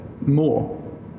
more